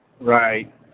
Right